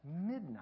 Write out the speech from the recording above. midnight